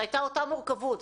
זו הייתה אותה מורכבות,